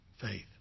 faith